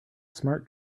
smart